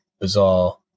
bizarre